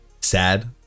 sad